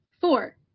Four